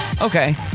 Okay